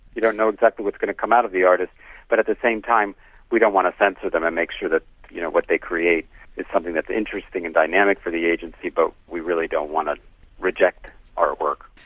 you don't know exactly what's going to come out of the artist but at the same time we don't want to censor them and make sure that you know what they create is something that is interesting and dynamic for the agency but we really don't want to reject artwork.